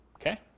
Okay